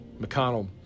McConnell